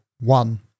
one